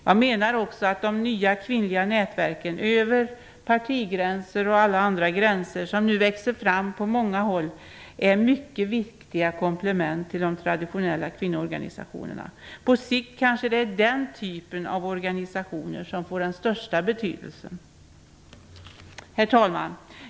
Jag menar också att de nya kvinnliga nätverk - över partigränser och alla andra gränser - som nu växer fram på många håll är mycket viktiga komplement till de traditionella kvinnoorganisationerna. På sikt är det kanske den typen av organisationer som får den största betydelsen. Herr talman!